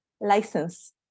license